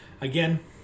again